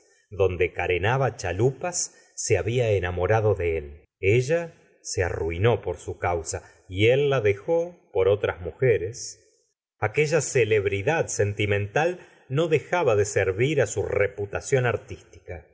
donde carenaba chalupas se babia enamorado de él ella se arruinó por su causa y él la dejó por otras mujeres aquella celebridad sentimental no dejaba de servir á su reputación artística